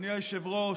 אדוני היושב-ראש,